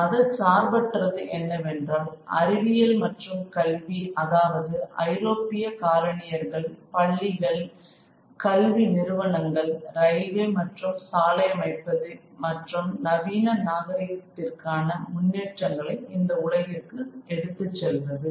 mother சார்பற்றது என்னவென்றால் அறிவியல் மற்றும் கல்வி அதாவது ஐரோப்பிய காலனி யர்கள் பள்ளிகள் கல்வி நிறுவனங்கள் ரயில்வே மற்றும் சாலை அமைப்பது மற்றும் நவீன நாகரீகத்திற்கான முன்னேற்றங்களை இந்த உலகிற்கு எடுத்துச்செல்வது